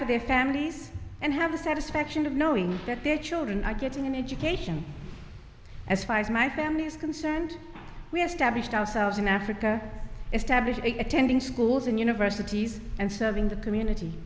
for their families and have the satisfaction of knowing that their children are getting an education as far as my family is concerned we have stablished ourselves in africa established attending schools and universities and serving the community